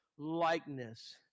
Likeness